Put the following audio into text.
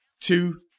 two